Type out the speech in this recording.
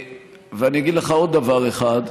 ואני אגיד לך עוד דבר אחד: